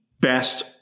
best